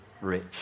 rich